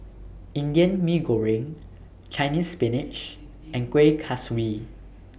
Indian Mee Goreng Chinese Spinach and Kuih Kaswi